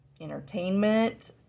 entertainment